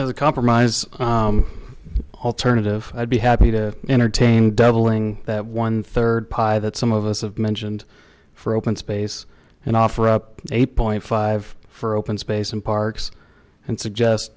the compromise alternative i'd be happy to entertain doubling that one third pile that some of us have mentioned for open space and offer up eight point five for open space in parks and suggest